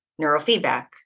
neurofeedback